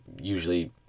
usually